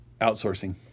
outsourcing